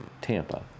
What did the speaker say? Tampa